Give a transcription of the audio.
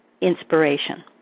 inspiration